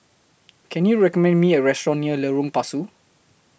Can YOU recommend Me A Restaurant near Lorong Pasu